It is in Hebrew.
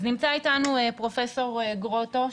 אז נמצא איתנו פרופ' גרוטו,